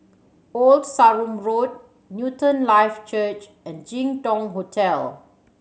Old Sarum Road Newton Life Church and Jin Dong Hotel